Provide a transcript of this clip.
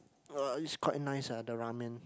uh it's quite nice ah the ramen